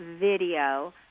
video